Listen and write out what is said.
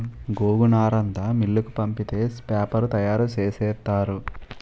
గోగునారంతా మిల్లుకు పంపితే పేపరు తయారు సేసేత్తారు